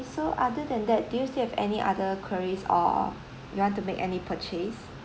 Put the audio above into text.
so other than that do you still have any other queries or you want to make any purchase